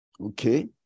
okay